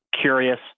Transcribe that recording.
Curious